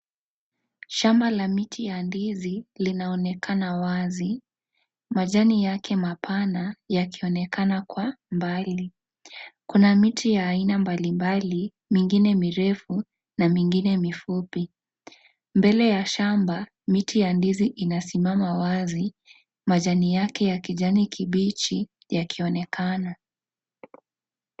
Shamba la miti ya ndizi linaonekana wazi. Majani yake mapana yakionekana kwa mbali. Kuna miti ya aina mbali mbali mingine mirefu na mingine mifupi. Mbele ya shamba miti ya ndizi inasimama wazi majani yake ya kijani kibichi yakionekana.